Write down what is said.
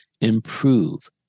improve